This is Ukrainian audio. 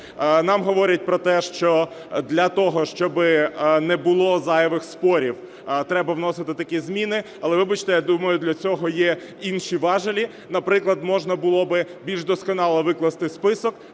Нам говорять про те, що для того, щоби не було зайвих спорів, треба вносити такі зміни, але, вибачте, я думаю, для цього є інші важелі. Наприклад, можна було би більш досконало викласти список,